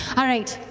all right.